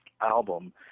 album